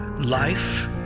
life